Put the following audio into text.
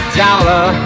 dollar